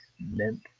meant